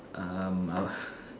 um I was